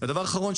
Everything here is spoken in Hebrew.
הדבר האחרון,